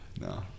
No